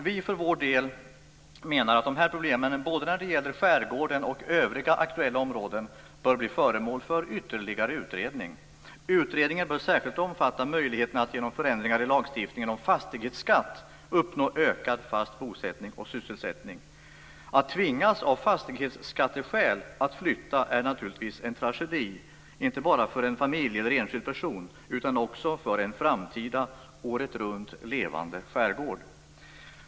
Vi för vår del menar att dessa problem, både när det gäller skärgården och övriga aktuella områden, bör bli föremål för ytterligare utredning. Utredningen bör särskilt omfatta möjligheterna att genom förändringar i lagstiftningen om fastighetsskatt uppnå ökad fast bosättning och sysselsättning. Att av fastighetsskatteskäl tvingas att flytta är naturligtvis en tragedi, inte bara för en familj eller en enskild person utan även för en framtida året runt levande skärgård.